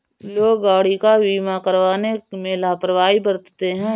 लोग गाड़ी का बीमा करवाने में लापरवाही बरतते हैं